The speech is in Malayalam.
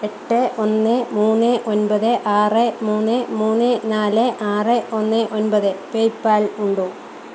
എട്ട് ഒന്ന് മൂന്ന് ഒൻപത് ആറ് മൂന്ന് മൂന്ന് നാല് ആറ് ഒന്ന് ഒൻപത് പേയ്പാൽ ഉണ്ടോ